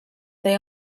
they